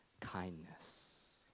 kindness